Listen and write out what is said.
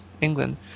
England